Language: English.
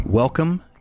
Welcome